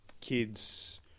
kids